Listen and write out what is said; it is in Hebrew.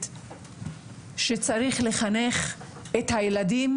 צריך לחנך את הילדים